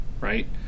right